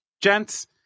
gents